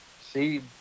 see